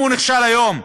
אם הוא נכשל היום,